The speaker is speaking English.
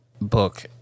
book